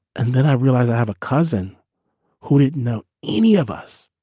and then i realize i have a cousin who didn't know any of us,